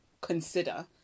consider